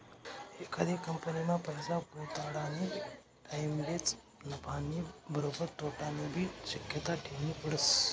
एखादी कंपनीमा पैसा गुताडानी टाईमलेच नफानी बरोबर तोटानीबी शक्यता ठेवनी पडस